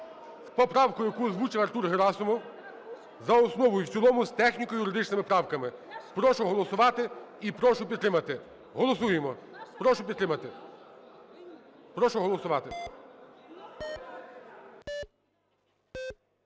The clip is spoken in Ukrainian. поправкою, яку озвучив Артур Герасимов, за основу і в цілому з техніко-юридичними правками. Прошу голосувати і прошу підтримати. Голосуємо! Прошу підтримати, прошу голосувати.